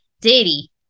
diddy